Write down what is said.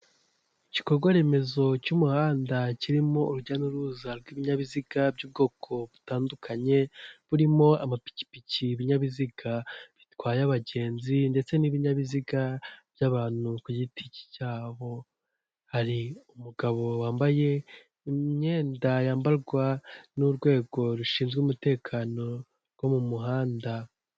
Igikorwa remezo cy'umuhanda kirimo urujya n'uruza rw'ibinyabiziga by'ubwoko butandukanye, burimo amapikipiki, ibinyabiziga bitwaye abagenzi ndetse n'ibinyabiziga by'abantu ku giti cyabo, hari umugabo wambaye imyenda yambarwa n'urwego rushinzwe umutekano wo mu muhanda.